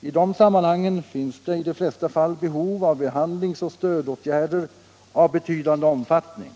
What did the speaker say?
I de sammanhangen finns det i de flesta fall behov av behandlingsoch stödåtgärder av betydande omfattning.